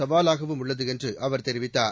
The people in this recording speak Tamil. சவாலாகவும் உள்ளது என்று அவர் தெரிவித்தார்